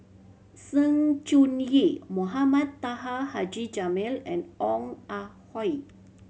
Sng Choon Yee Mohamed Taha Haji Jamil and Ong Ah Hoi